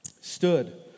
stood